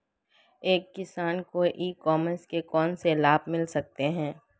एक किसान को ई कॉमर्स के कौनसे लाभ मिल सकते हैं?